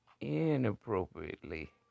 inappropriately